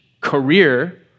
career